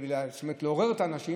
לעורר את האנשים,